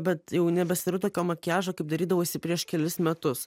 bet jau nebesidarau tokio makiažo kaip darydavausi prieš kelis metus